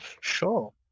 Sure